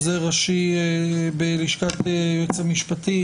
עוזר ראשי בלשכת ייעוץ משפטי,